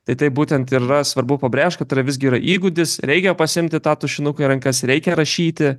tai taip būtent ir yra svarbu pabrėžt kad tai yra visgi yra įgūdis reikia pasiimti tą tušinuką į rankas ir reikia rašyti